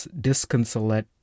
disconsolate